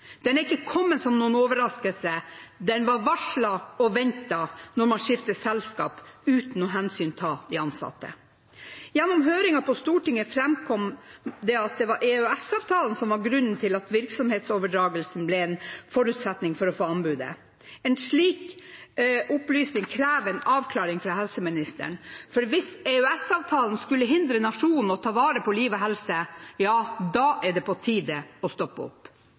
Den er ikke kommet som noen overraskelse, den var varslet og ventet når man skifter selskap uten å ta hensyn til de ansatte. Gjennom høringen på Stortinget framkom det at det var EØS-avtalen som var grunnen til at virksomhetsoverdragelse ble en forutsetning for å få anbudet. En slik opplysning krever en avklaring fra helseministeren, for hvis EØS-avtalen skulle hindre nasjonen i å ta vare på liv og helse, er det på tide å stoppe opp.